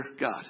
God